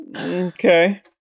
Okay